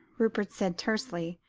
rupert said tersely.